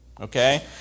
Okay